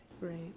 Right